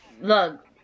Look